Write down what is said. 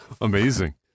amazing